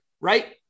right